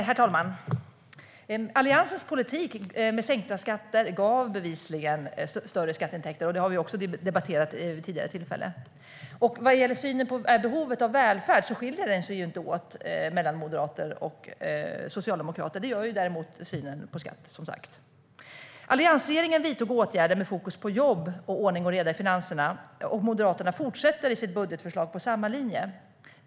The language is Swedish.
Herr talman! Alliansens politik med sänkta skatter gav bevisligen större skatteintäkter. Det har vi debatterat vid tidigare tillfällen. Vår syn på behovet av välfärd skiljer sig inte åt mellan moderater och socialdemokrater. Det gör däremot synen på skatt. Alliansregeringen vidtog åtgärder med fokus på jobb och ordning och reda i finanserna. Moderaterna fortsätter i sitt budgetförslag på samma linje.